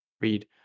read